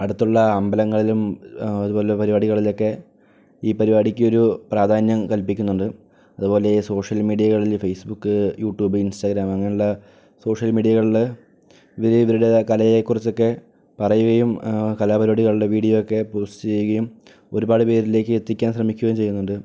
അടുത്തുള്ള അമ്പലങ്ങളിലും അതുപോലുള്ള പരിപാടികളിലൊക്കെ ഈ പരിപാടിക്കൊരു പ്രാധാന്യം കൽപ്പിക്കുന്നുണ്ട് അതുപോലെ സോഷ്യൽ മീഡിയകളിൽ ഫേസ്ബുക്ക് യൂട്യൂബ് ഇൻസ്റ്റാഗ്രാം അങ്ങനെയുള്ള സോഷ്യൽ മീഡിയകളിൽ ഇവർ ഇവരുടെ ആ കലയെക്കുറിച്ചൊക്കെ പറയുകയും ആ കലാപരിപാടികളുടെ വീഡിയോക്കെ പോസ്റ്റ് ചെയ്യുകയും ഒരുപാട് പേരിലേക്ക് എത്തിക്കാൻ ശ്രമിക്കുകയും ചെയ്യുന്നുണ്ട്